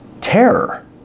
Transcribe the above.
Terror